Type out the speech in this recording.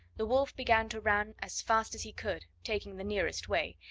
the wolf began to run as fast as he could, taking the nearest way,